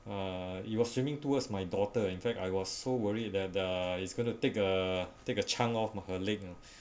uh it was swimming towards my daughter in fact I was so worried that the it's gonna take a take a chunk of her leg ah